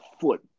foot